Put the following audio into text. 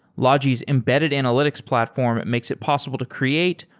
logi's embedded analytics platform makes it possible to create,